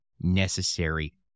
necessary